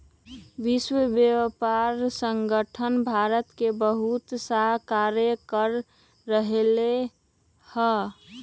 विश्व व्यापार संगठन भारत में बहुतसा कार्य कर रहले है